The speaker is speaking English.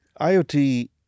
IoT